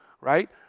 right